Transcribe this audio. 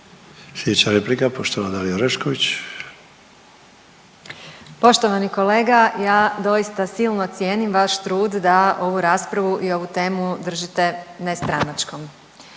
imenom i prezimenom)** Poštovani kolega, ja doista silno cijenim vaš trud da ovu raspravu i ovu temu držite nestranačkom,